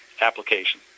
application